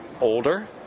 older